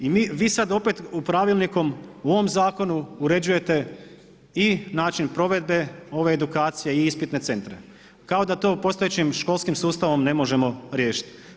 I vi sada opet pravilnikom u ovom zakonu uređujete i način provedbe ove edukacije i ispitne centre kao da to postojećim školskim sustavom ne možemo riješiti.